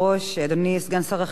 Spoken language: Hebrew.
אדוני סגן שר החינוך,